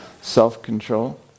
self-control